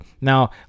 Now